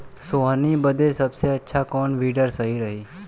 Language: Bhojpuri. सोहनी बदे सबसे अच्छा कौन वीडर सही रही?